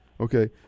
Okay